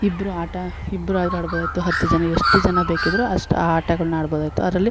ಇಬ್ಬರು ಆಟ ಇಬ್ಬರು ಆದರು ಆಡಬಹುದಿತ್ತು ಹತ್ತು ಜನ ಎಷ್ಟು ಜನ ಬೇಕಿದ್ರು ಅಷ್ಟು ಆ ಆಟಗಳನ್ನ ಆಡಬಹುದಾಗಿತ್ತು ಅದರಲ್ಲಿ